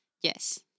Yes